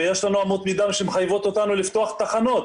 ויש לנו אמות מידה שמחייבות אותנו לפתוח תחנות.